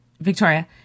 Victoria